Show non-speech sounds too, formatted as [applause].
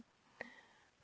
[breath]